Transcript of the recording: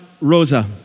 Rosa